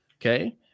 Okay